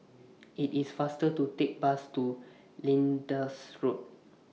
IT IS faster to Take The Bus to Linda's Road